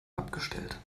abgestellt